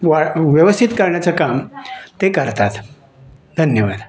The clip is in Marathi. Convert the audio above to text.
वा व्यवस्थित करण्याचं काम ते करतात धन्यवाद